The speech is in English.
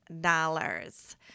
dollars